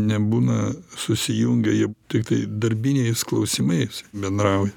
nebūna susijungę jie tiktai darbiniais klausimais bendrauja